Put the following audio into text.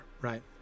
right